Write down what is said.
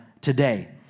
today